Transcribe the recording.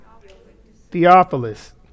Theophilus